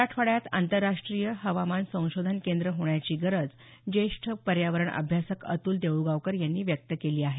मराठवाड्यात आंतरराष्ट्रीय हवामान संशोधन केंद्र होण्याची गरज ज्येष्ठ पर्यावरण अभ्यासक अतुल देऊळगावकर यांनी व्यक्त केली आहे